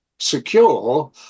Secure